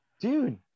Dude